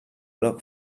look